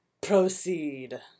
proceed